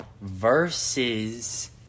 versus